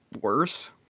worse